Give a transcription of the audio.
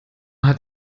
hat